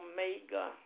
Omega